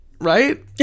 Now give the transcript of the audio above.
Right